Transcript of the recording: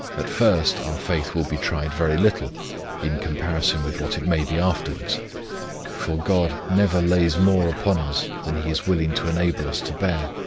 at first our faith will be tried very little in comparison with what it may be afterwards for god never lays more upon us that he is willing to enable us to bear.